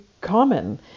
common